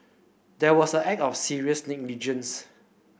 that was a act of serious negligence